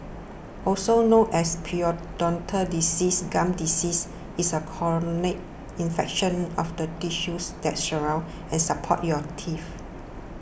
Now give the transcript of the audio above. also known as periodontal disease gum disease is a chronic infection of the tissues that surround and support your teeth